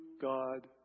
God